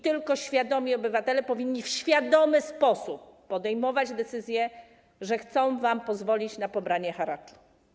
Tylko świadomi obywatele powinni w świadomy sposób podejmować decyzje, że chcą wam pozwolić na pobranie haraczu.